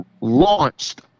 launched